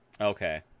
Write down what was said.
Okay